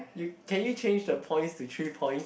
you can you change the points to three points